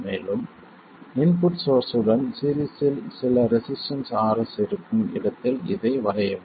மேலும் input source உடன் series இல் சில ரெசிஸ்டன்ஸ் Rs இருக்கும் இடத்தில் இதை வரையவும்